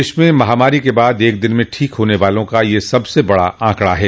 देश में महामारी के बाद एक दिन में ठीक होन वालों का यह सबसे बड़ा आंकड़ा है